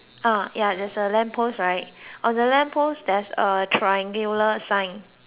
there is a lamp post right on the lamp post theres a triangular sign